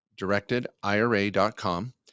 directedira.com